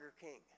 King